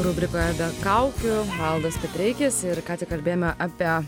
rubrikoje be kaukių valdas petreikis ir ką tik kalbėjome apie